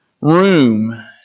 room